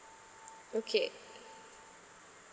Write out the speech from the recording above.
okay